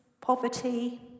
poverty